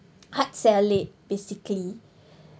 hard sell it basically